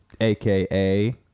aka